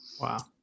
wow